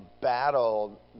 battle